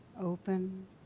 open